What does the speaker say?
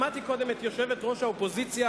שמעתי קודם את יושבת-ראש האופוזיציה,